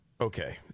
Okay